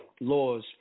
Law's